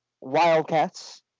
Wildcats